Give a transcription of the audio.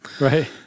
Right